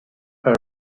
her